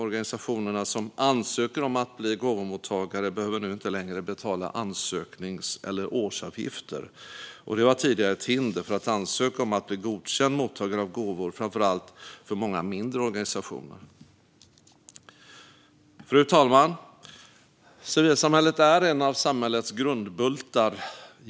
Organisationerna som ansöker om att bli gåvomottagare behöver nu inte längre betala ansöknings eller årsavgifter. Det var tidigare ett hinder för att ansöka om att bli en godkänd mottagare av gåvor, framför allt för många mindre organisationer. Fru talman! Civilsamhället är en av samhällets grundbultar.